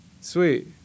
sweet